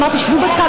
אמרתי: שבו בצד.